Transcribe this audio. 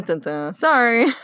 Sorry